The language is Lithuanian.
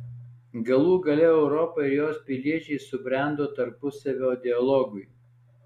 galų gale europa ir jos piliečiai subrendo tarpusavio dialogui